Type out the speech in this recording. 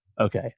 okay